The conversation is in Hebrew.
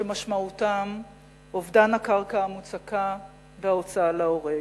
שמשמעותם אובדן הקרקע המוצקה וההוצאה להורג.